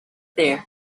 there